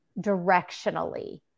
directionally